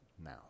Now